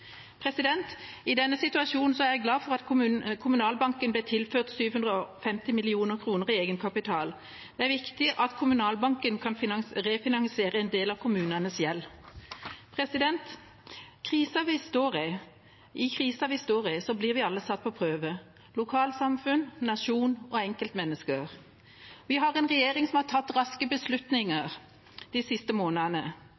I denne situasjonen er jeg glad for at Kommunalbanken ble tilført 750 mill. kr i egenkapital. Det er viktig at Kommunalbanken kan refinansiere en del av kommunenes gjeld. I krisa vi står i, blir vi alle satt på prøve: lokalsamfunn, nasjon og enkeltmennesker. Vi har en regjering som har tatt raske